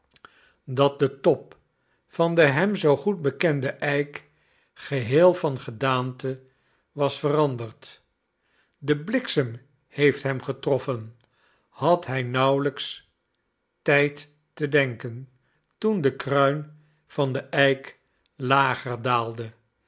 dat de top van den hem zoo goed bekenden eik geheel van gedaante was veranderd de bliksem heeft hem getroffen had hij nauwelijks tijd te denken toen de kruin van den eik lager daalde